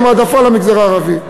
עם העדפה למגזר הערבי.